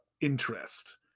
interest